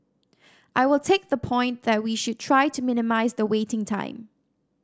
I will take the point that we should try to minimise the waiting time